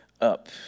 up